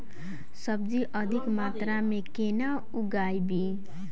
सब्जी अधिक मात्रा मे केना उगाबी?